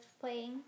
playing